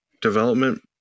development